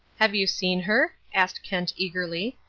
have you seen her? asked kent eagerly.